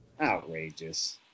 Outrageous